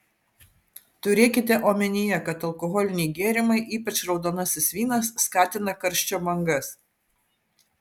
turėkite omenyje kad alkoholiniai gėrimai ypač raudonasis vynas skatina karščio bangas